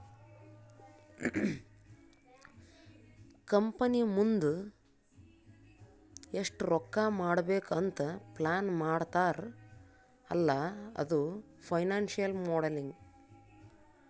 company ಮುಂದ್ ಎಷ್ಟ ರೊಕ್ಕಾ ಮಾಡ್ಬೇಕ್ ಅಂತ್ ಪ್ಲಾನ್ ಮಾಡ್ತಾರ್ ಅಲ್ಲಾ ಅದು ಫೈನಾನ್ಸಿಯಲ್ ಮೋಡಲಿಂಗ್